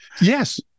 yes